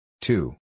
two